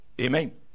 Amen